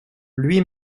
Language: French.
lui